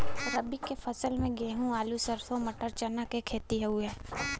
रबी के फसल में गेंहू, आलू, सरसों, मटर, चना के खेती हउवे